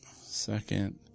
second